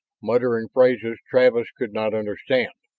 muttering phrases travis could not understand.